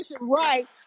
right